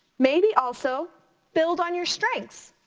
maybe also build on your strengths.